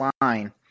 line